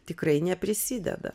tikrai neprisideda